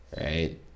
right